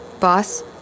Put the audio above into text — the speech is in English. boss